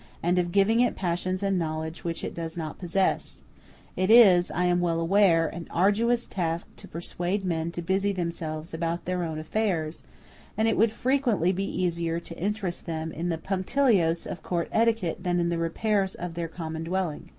and of giving it passions and knowledge which it does not possess it is, i am well aware, an arduous task to persuade men to busy themselves about their own affairs and it would frequently be easier to interest them in the punctilios of court etiquette than in the repairs of their common dwelling.